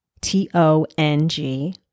T-O-N-G